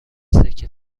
سکه